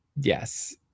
Yes